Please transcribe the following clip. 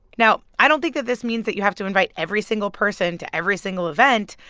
now i don't think that this means that you have to invite every single person to every single event,